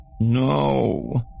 No